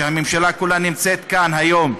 כשהממשלה כולה נמצאת כאן היום,